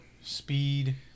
speed